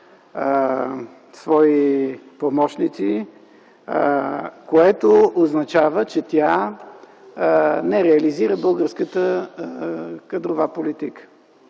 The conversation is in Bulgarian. свои помощници, което означава, че тя не реализира българската кадрова политика.